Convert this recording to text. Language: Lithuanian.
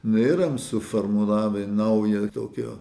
nėra suformulavę naują tokio